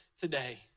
today